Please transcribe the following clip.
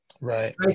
Right